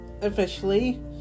officially